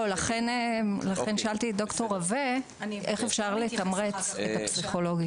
לכן שאלתי את ד"ר רווה איך אפשר לתמרץ את הפסיכולוגים.